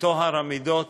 וטוהר המידות